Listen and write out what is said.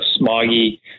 smoggy